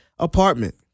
Apartment